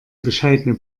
bescheidene